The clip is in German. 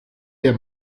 der